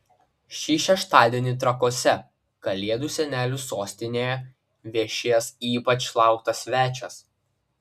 šį šeštadienį trakuose kalėdų senelių sostinėje viešės ypač lauktas svečias